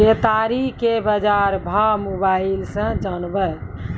केताड़ी के बाजार भाव मोबाइल से जानवे?